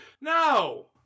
No